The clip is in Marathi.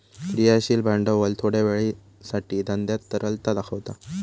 क्रियाशील भांडवल थोड्या वेळासाठी धंद्यात तरलता दाखवता